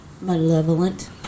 malevolent